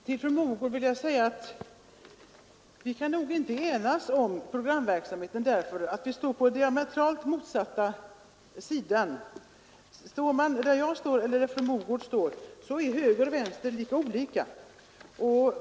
Herr talman! Till fru Mogård vill jag säga att hon och jag kan nog inte enas om programverksamheten. Vi står på diametralt motsatta sidor. Vänster och höger är litet olika.